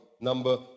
Number